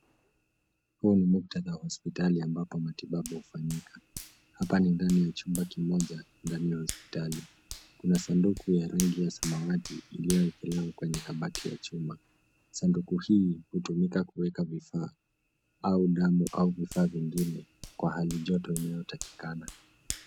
Huu ni muktadha wa hospitali ambapo matibabu hufanyika. Hapa ni ndani ya chumba kimoja ndani ya hospitali. Kuna sanduku ya rangi ya samawati iliyowekelewa kwenye kabati ya chuma. Sanduku hii hutumika kuweka vifaa au damu au vifaa vingine kwa halijoto inayotakikana.